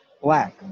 black